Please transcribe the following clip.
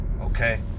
okay